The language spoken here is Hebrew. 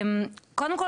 קודם כול,